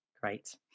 great